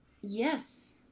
Yes